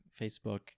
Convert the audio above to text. Facebook